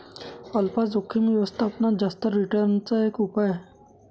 alpha जोखिम व्यवस्थापनात जास्त रिटर्न चा एक उपाय आहे